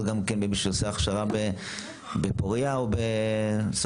גם למי שעושה הכשרה בפורייה או בסורוקה.